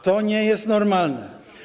To nie jest normalne.